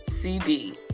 CD